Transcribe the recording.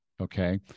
okay